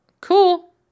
cool